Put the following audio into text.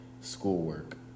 schoolwork